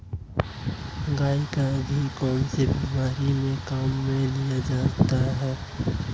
गाय का घी कौनसी बीमारी में काम में लिया जाता है?